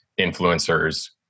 influencers